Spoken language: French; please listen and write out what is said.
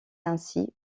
ainsi